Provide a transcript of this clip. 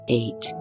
eight